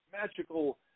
magical